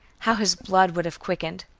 how his blood would have quickened!